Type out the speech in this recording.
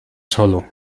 solo